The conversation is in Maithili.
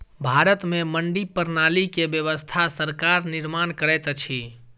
भारत में मंडी प्रणाली के व्यवस्था सरकार निर्माण करैत अछि